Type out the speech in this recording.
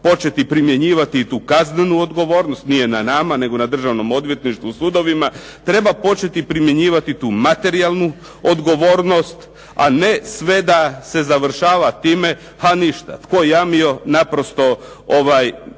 početi primjenjivati i tu kaznenu odgovornost, nije na nama nego na državnom odvjetništvu, sudovima. Treba početi primjenjivati tu materijalnu odgovornost a ne sve da se završava time. A ništa, tko jamio naprosto jamio.